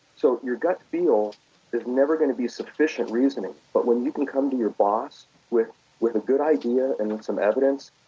so your gut feel is never going to be sufficient reasoning, but when you can come to your boss with with a good idea and then some evidence,